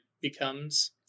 becomes